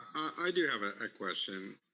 i do have ah a question.